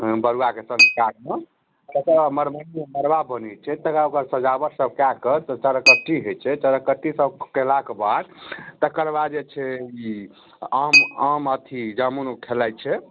बड़ुआ के संस्कार मे तकरा मड़बन्हि मड़बा बन्है छै तकरा ओकर सजावट सभ कए कऽ तऽ चरकट्टी होइ छै चरकट्टी सभ केलाके बाद तकर बाद जे छै ई आम आम अथी जामुन खेलाइ छै